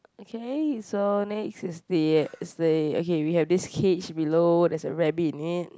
okay so next is the is the okay we have this cage below there is a rabbit in it